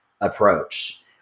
approach